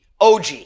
OG